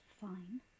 fine